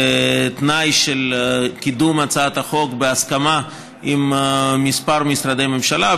בתנאי של קידום הצעת החוק בהסכמה עם כמה משרדי ממשלה,